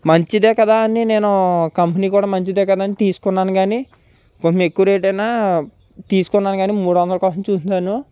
మంచిదే కదా అని నేను కంపెనీ కూడా మంచిదే కదా అని తీసుకున్నాను కానీ కొంచెం ఎక్కువ రేటైనా తీసుకున్నా కానీ మూడొందల కోసం చూసాను